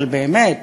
אבל באמת,